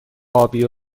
آبی